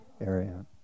area